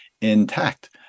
intact